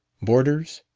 boarders?